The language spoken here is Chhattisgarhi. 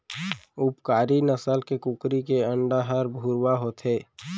उपकारी नसल के कुकरी के अंडा हर भुरवा होथे